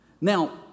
Now